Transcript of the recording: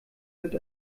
mit